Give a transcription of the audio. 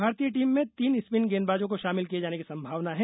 भारतीय टीम में तीन स्पिन गेंदबाजों को शामिल किए जाने की सम्मावना है